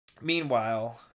meanwhile